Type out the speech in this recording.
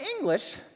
English